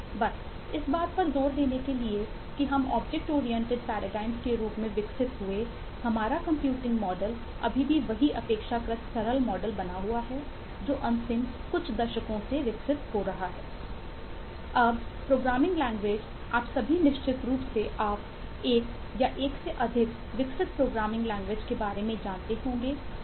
बस इस बात पर जोर देने के लिए कि हम ऑब्जेक्ट ओरिएंटेड पैराडाइमस अभी भी वही अपेक्षाकृत सरल मॉडल बना हुआ है जो अंतिम कुछ दशकों से विकसित हो रहा है